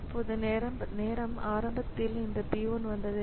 இப்போது நேரத்தில் ஆரம்பத்தில் இந்த P 1 வந்தது